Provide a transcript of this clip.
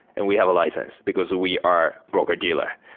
and we have a license because we are broker-dealer.